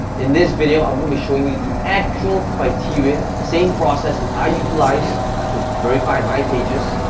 in this video, i'm gonna be showing you the actual criteria, the same process that i utilize to verify and my pages,